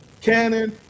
cannon